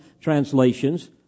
translations